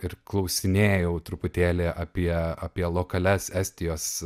ir klausinėjau truputėlį apie apie lokalias estijos